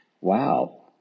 wow